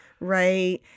right